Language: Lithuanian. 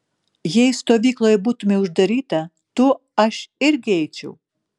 jei stovykloje būtumei uždaryta tu aš irgi eičiau